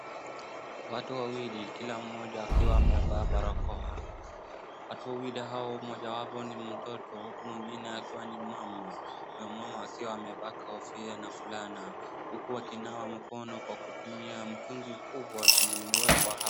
Watu wawili, kila mmoja akiwa amevaa barakoa. Watu wawili hao mmoja wapo ni mtoto huku mwingine akiwa ni mama. Huyo mama akiwa amevaa kofia na fulana huku akinawa mkono kwa kutumia mtungi kubwa lenye limewekwa hapo.